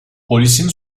polisin